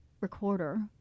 recorder